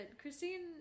Christine